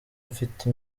mfite